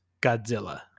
Godzilla